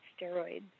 steroids